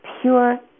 pure